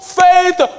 faith